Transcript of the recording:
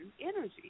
energy